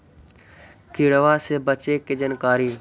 किड़बा से बचे के जानकारी?